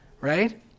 right